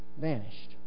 Vanished